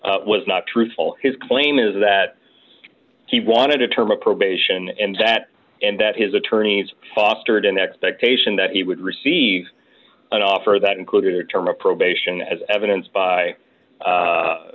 regard was not truthful his claim is that he wanted a term of probation and that and that his attorneys fostered an expectation that he would receive an offer that included a term of probation as evidenced by